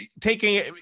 taking